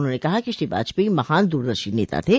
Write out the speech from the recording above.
उन्होंने कहा कि श्री वाजपेयी महान दूरदर्शी नेता थे